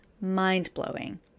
mind-blowing